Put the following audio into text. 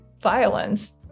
violence